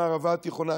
מהערבה התיכונה,